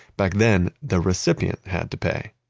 back then the recipient had to pay.